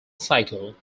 cycle